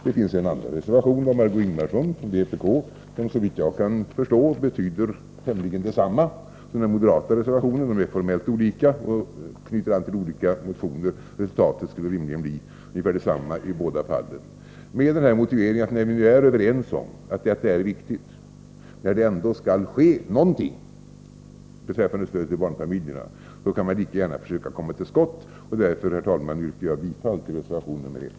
Det finns en annan reservation, av Margö Ingvardsson från vpk. Denna reservation betyder såvitt jag kan förstå ungefär detsamma som den moderata reservationen. De är formellt olika och knyter an till olika motioner. Resultatet skulle rimligen bli ungefär detsamma i båda fallen. Med motiveringen att vi nu är överens om att detta är viktigt, när det ändå skall ske någonting beträffande stödet till barnfamiljerna, kan man lika gärna försöka komma till skott, och därför, herr talman, yrkar jag bifall till reservation 1.